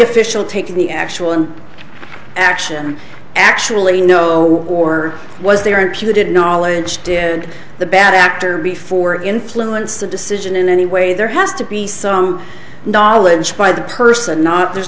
official take the actual in action actually know or was there a she did knowledge did the bad actor before influence the decision in any way there has to be some knowledge by the person not there's